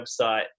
website